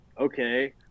okay